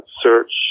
search